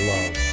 Love